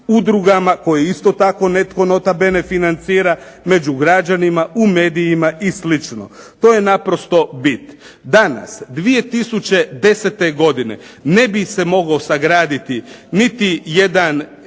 udrugama koje isto tako netko nota bene financira među građanima, u medijima i slično. To je naprosto bit. Danas 2010. godine ne bi se mogao sagraditi niti jedan